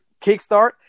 kickstart